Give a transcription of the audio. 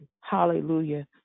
hallelujah